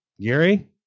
Gary